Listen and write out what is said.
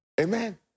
Amen